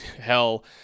hell